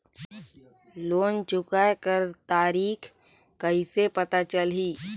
Loan चुकाय कर तारीक कइसे पता चलही?